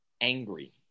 Angry